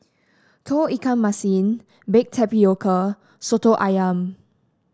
Tauge Ikan Masin Baked Tapioca soto ayam